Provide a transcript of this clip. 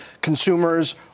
consumers